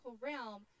realm